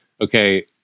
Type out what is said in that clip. okay